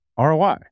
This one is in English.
ROI